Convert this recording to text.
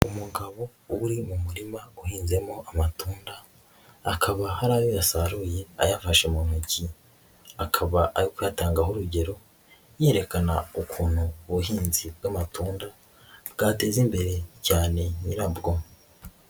Umugabo uri mu murima uhinzemo amatunda, akaba hari ayo yasaruye ayafashe mu ntoki, akaba ari kuyatangaho urugero, yerekana ukuntu ubuhinzi bw'amatunda, bwateza imbere cyane nyirabwo.